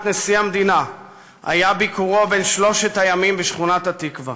נשיא המדינה היה ביקורו בן שלושת הימים בשכונת-התקווה.